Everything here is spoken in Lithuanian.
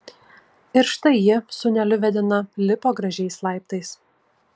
ir štai ji sūneliu vedina lipo gražiais laiptais